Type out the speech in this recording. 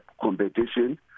competition